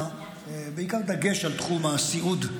ובעיקר בדגש על תחום הסיעוד,